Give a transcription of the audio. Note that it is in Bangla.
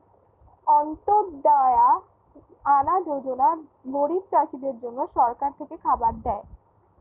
অন্ত্যদায়া আনা যোজনা গরিব চাষীদের জন্য সরকার থেকে খাবার দেয়